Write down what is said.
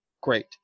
great